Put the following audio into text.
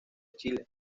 chile